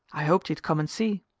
i hoped you'd come and see.